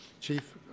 chief